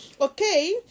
okay